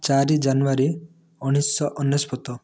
ଚାରି ଜାନୁୟାରୀ ଉଣେଇଶହ ଅନେଶତ